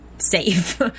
Safe